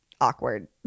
awkward